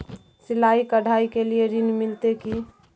सिलाई, कढ़ाई के लिए ऋण मिलते की?